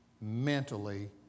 mentally